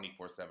24-7